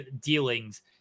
dealings